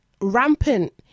rampant